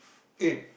eight